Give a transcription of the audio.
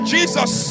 Jesus